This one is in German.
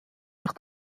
sich